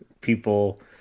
people